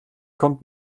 kommt